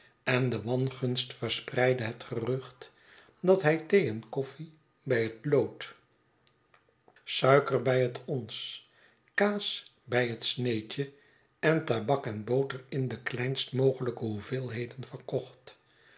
en de wangunst verspreidde het gerucht dat hij thee en koffie bij het lood suiker bij het ons kaas bij het sneedje en tabak en boter in de kleinst mogelijke hoeveelheden verkocht